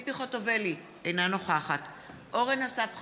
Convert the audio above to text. ציפי חוטובלי, אינה נוכחת אורן אסף חזן,